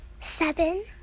Seven